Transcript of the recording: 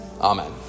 Amen